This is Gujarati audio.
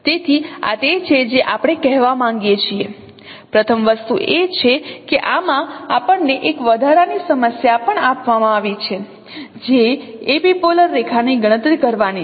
તેથી આ તે છે જે આપણે કહેવા માંગીએ છીએ પ્રથમ વસ્તુ એ છે કે આમાં આપણને એક વધારાની સમસ્યા પણ આપવામાં આવી છે જે એપિપોલર રેખાની ગણતરી કરવાની છે